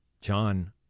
John